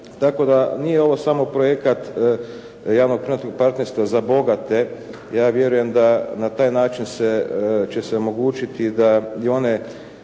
tako da nije ovo samo projekat javno privatnog partnerstva za bogate. Ja vjerujem da na taj način se, će se omogućiti da i one